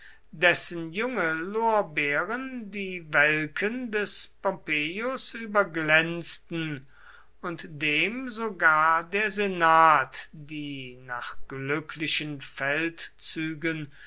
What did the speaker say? dessen junge lorbeeren die welken des pompeius überglänzten und dem sogar der senat die nach glücklichen